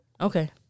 Okay